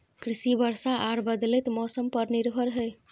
कृषि वर्षा आर बदलयत मौसम पर निर्भर हय